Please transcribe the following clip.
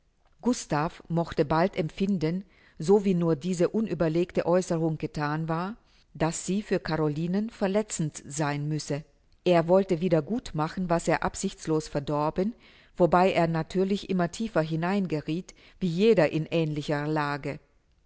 gustav mochte bald empfinden so wie nur diese unüberlegte aeußerung gethan war daß sie für carolinen verletzend sein müsse er wollte wieder gut machen was er absichtslos verdorben wobei er natürlich immer tiefer hinein gerieth wie jeder in ähnlicher lage